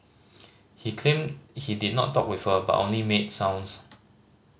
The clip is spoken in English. he claimed he did not talk with her but only made sounds